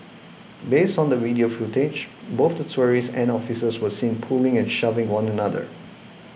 based on the video footage both the tourists and officers were seen pulling and shoving one another